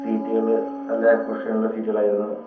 സീറ്റുകൾ നല്ല കുഷ്യൻ ഉള്ള സീറ്റുകൾ ആയിരുന്നു